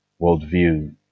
worldview